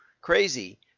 crazy